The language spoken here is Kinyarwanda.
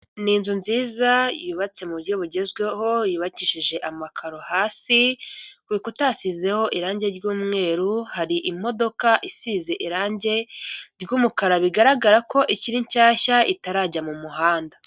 N'inzu nziza yubatse m'uburyo bugezweho yubakishije amakaro hasi, kubikuta hasizeho irangi ry'umweru hari imodoka isize irangi ry'umukara bigaragara ko ikiri nshyashya itarajya m'umuhanda.